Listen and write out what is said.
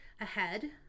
ahead